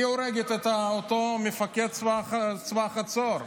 היא הורגת את אותו מפקד צבא חצור.